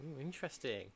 interesting